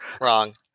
wrong